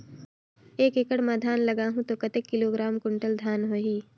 एक एकड़ मां धान लगाहु ता कतेक किलोग्राम कुंटल धान होही?